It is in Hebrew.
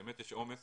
באמת יש עומס